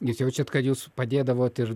jūs jaučiat kad jūs padėdavot ir